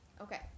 okay